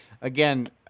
again